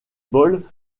bols